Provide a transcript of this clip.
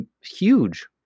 huge